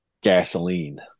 gasoline